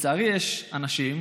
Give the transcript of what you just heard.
לצערי יש אנשים,